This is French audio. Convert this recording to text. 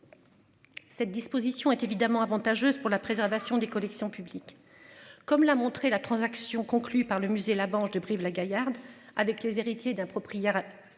Cette disposition est évidemment avantageuse pour la préservation des collections publiques comme l'a montré la transaction conclue par le musée, la branche de Brive-la-Gaillarde avec les héritiers d'un propriétaire.